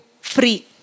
free